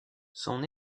son